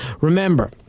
Remember